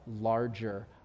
larger